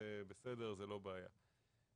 בסדר, זה לא בעיה.